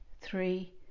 three